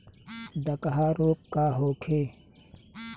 डकहा रोग का होखे?